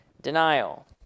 Denial